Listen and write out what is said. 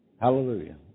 Hallelujah